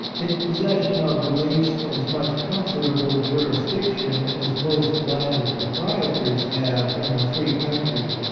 in possession of at least as much comfortable jurisdiction as most landed proprietors have in a free country.